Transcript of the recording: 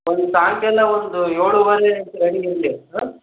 ಒಂದು ಸಾಯಂಕಾಲ ಒಂದು ಏಳುವರೆ ಹಂಗ್ ರೆಡಿ ಇರಲಿ ಹಾಂ